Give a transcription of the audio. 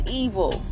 evil